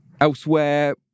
Elsewhere